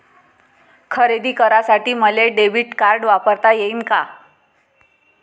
खरेदी करासाठी मले डेबिट कार्ड वापरता येईन का?